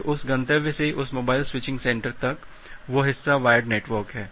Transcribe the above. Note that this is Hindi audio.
फिर उस गंतव्य से इस मोबाइल स्विचिंग सेंटर तक वह हिस्सा वायर्ड नेटवर्क है